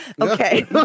Okay